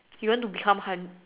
you want to become han~